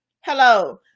Hello